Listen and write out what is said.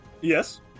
Yes